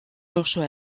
osoa